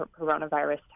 coronavirus